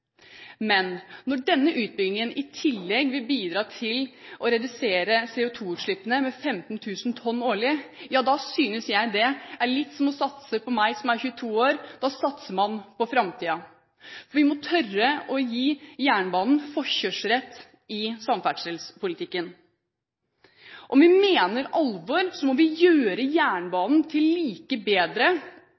Men når denne utbyggingen i tillegg vil bidra til å redusere CO2-utslippene med 15 000 tonn årlig, synes jeg det er litt som å satse på meg, som er 22 år – da satser man på framtiden. Vi må tørre å gi jernbanen forkjørsrett i samferdselspolitikken. Om vi mener alvor, må vi gjøre jernbanen like god som, eller enda bedre